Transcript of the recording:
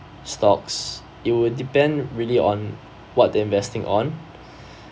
stocks it would depend really on what they investing on